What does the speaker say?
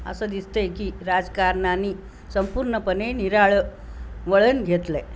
असं दिसतं आहे की राजकारणानी संपूर्णपणे निराळं वळण घेतलं आहे